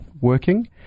working